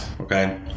okay